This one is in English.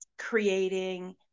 creating